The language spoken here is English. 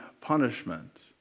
punishment